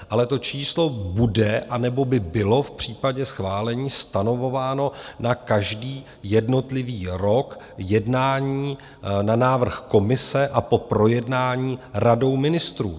Ale to číslo bude, anebo by bylo, v případě schválení stanovováno na každý jednotlivý rok jednání na návrh Komise a po projednání Radou ministrů.